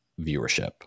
viewership